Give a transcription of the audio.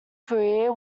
career